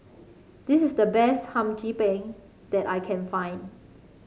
this is the best Hum Chim Peng that I can find